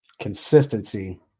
Consistency